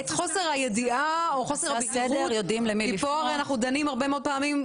את חוסר הידיעה או חוסר --- כי פה אנחנו דנים הרבה מאוד פעמים,